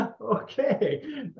Okay